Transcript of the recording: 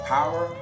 Power